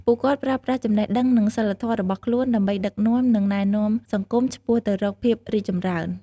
ពួកគាត់ប្រើប្រាស់ចំណេះដឹង និងសីលធម៌របស់ខ្លួនដើម្បីដឹកនាំ និងណែនាំសង្គមឆ្ពោះទៅរកភាពរីកចម្រើន។